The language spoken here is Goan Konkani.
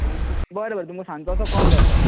बरे बरे तुमका सांगता असो कॉल करता